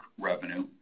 revenue